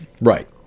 Right